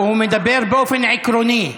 הוא מדבר באופן עקרוני.